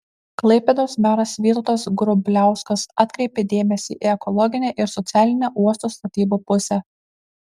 klaipėdos meras vytautas grubliauskas atkreipė dėmesį į ekologinę ir socialinę uosto statybų pusę